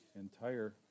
entire